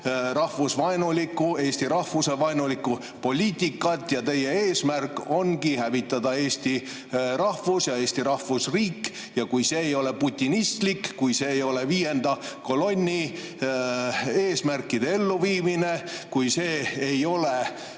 rahvusvaenulikku, eesti rahvuse vaenulikku poliitikat. Teie eesmärk ongi hävitada eesti rahvus ja Eesti rahvusriik. Kui see ei ole putinistlik, kui see ei ole viienda kolonni eesmärkide elluviimine, kui see ei ole